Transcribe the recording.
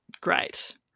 great